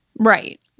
Right